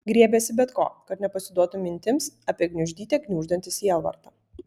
griebėsi bet ko kad nepasiduotų mintims apie gniuždyte gniuždantį sielvartą